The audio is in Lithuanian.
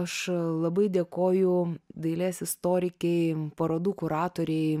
aš labai dėkoju dailės istorikei parodų kuratorei